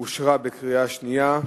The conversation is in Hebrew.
אושרה בקריאה שנייה.